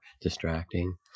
distracting